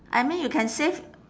I mean you can save